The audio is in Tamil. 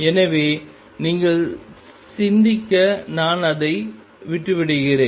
எனவே நீங்கள் சிந்திக்க நான் அதை விட்டு விடுகிறேன்